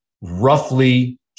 roughly